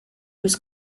was